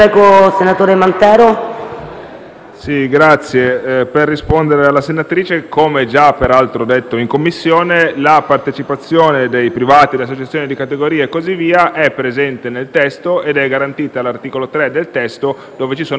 Presidente, per rispondere alla senatrice, come già detto in Commissione, la partecipazione dei privati e delle associazioni di categoria è presente nel testo ed è garantita all'articolo 3, dove ci sono gli strumenti di concertazione.